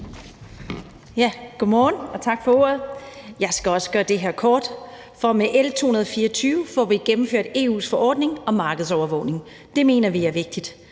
God morgen, og tak for ordet. Jeg skal gøre det her kort, for med L 224 får vi gennemført EU's forordning om markedsovervågning. Det mener vi er vigtigt.